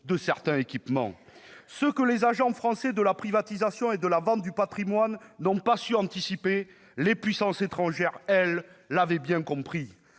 de certains équipements. Ce que les agents français de la privatisation et de la vente du patrimoine n'ont pas su anticiper, les puissances étrangères, elles, l'avaient bien compris